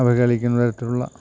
അവഹേളിക്കുന്ന തരത്തിലുള്ള